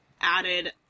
added